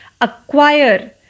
acquire